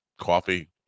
coffee